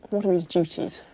what are his duties?